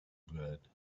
blood